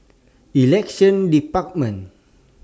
Elections department